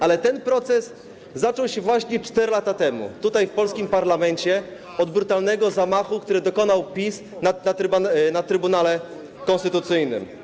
Ale ten proces zaczął się właśnie 4 lata temu tutaj w polskim parlamencie od brutalnego zamachu, którego dokonał PiS na Trybunał Konstytucyjny.